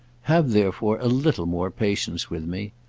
have therefore a little more patience with me.